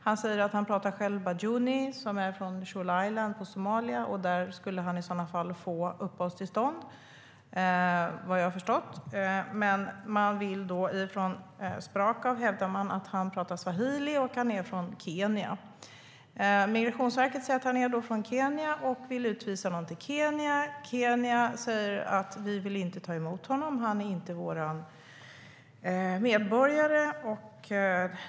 Han säger själv att han talar bajuni och är från Chula Island i Somalia. Vad jag har förstått skulle han i sådana fall få uppehållstillstånd. Men Sprakab hävdar att han talar swahili och är från Kenya. Migrationsverket säger då att han är från Kenya och vill utvisa honom dit. Kenya säger att de inte vill ta emot honom och att han inte är medborgare där.